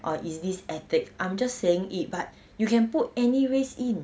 or it's this ethnic I'm just saying it but you can put any race in